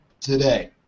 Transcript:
today